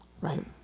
Right